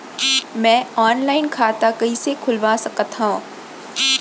मैं ऑनलाइन खाता कइसे खुलवा सकत हव?